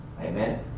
Amen